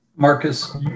Marcus